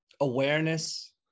awareness